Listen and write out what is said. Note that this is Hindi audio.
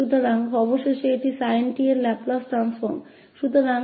तो अंततः यह sin 𝑡 का ही लाप्लास रूपान्तरण है